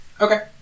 Okay